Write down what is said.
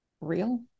real